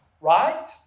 right